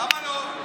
למה לא?